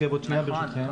עבודה.